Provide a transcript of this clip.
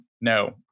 No